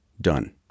done